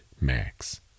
Max